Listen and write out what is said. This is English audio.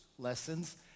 Lessons